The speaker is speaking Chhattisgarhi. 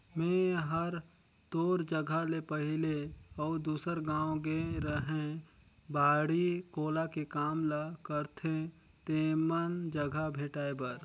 मेंए हर तोर जगह ले पहले अउ दूसर गाँव गेए रेहैं बाड़ी कोला के काम ल करथे तेमन जघा भेंटाय बर